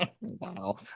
wow